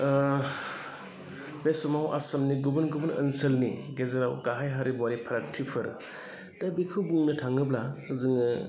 बे समाव आसामनि गुबुन गुबुन ओनसोलनि गेजेराव गाहाइ हारिमुआरि फारागथिफोर दा बेखौ बुंनो थाङोब्ला जोङो